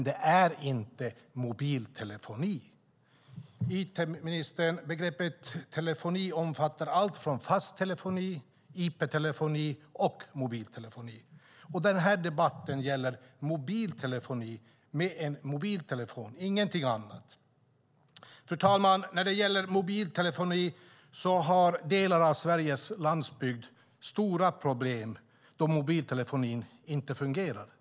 Begreppet telefoni, it-ministern, omfattar allt från fast telefoni, IP-telefoni till mobiltelefoni. Den här debatten gäller mobiltelefoni med en mobiltelefon - ingenting annat. Fru talman! Delar av Sveriges landsbygd har stora problem med mobiltelefoni eftersom mobiltelefonin inte fungerar.